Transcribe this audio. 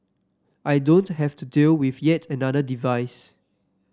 I don't have to deal with yet another device